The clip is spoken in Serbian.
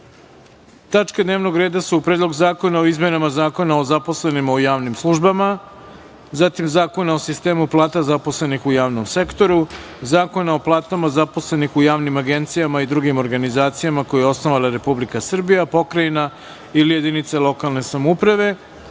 Tačke dnevnog reda su: Predlog zakona o izmenama Zakona o zaposlenima u javnim službama; zatim Zakona o sistemu plata zaposlenih u javnom sektoru; Zakona o platama zaposlenih u javnim agencijama i drugim organizacijama koje je osnovala Republika Srbija, Pokrajina ili jedinica lokalne samouprave;